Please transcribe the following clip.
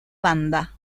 banda